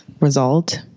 result